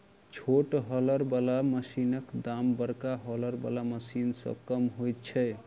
छोट हौलर बला मशीनक दाम बड़का हौलर बला मशीन सॅ कम होइत छै